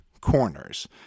Corners